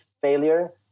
failure